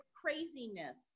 craziness